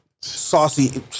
Saucy